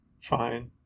fine